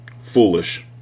foolish